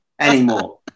anymore